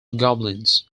goblins